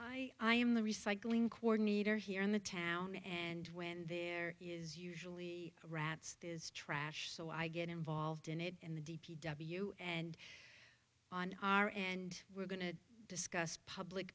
i i am the recycling coordinator here in the town and when there is usually rats it is trash so i get involved in it in the d p w and on our and we are going to discuss public